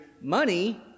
money